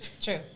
True